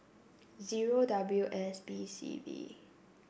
zero W S B C B